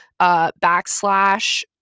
backslash